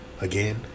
again